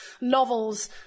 novels